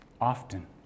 Often